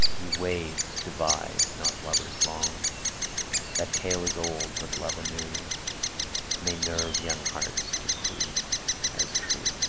ye waves, divide not lovers long that tale is old, but love anew may nerve young hearts to prove as true.